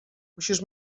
musisz